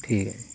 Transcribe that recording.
ٹھیک ہے